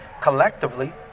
collectively